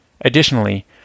Additionally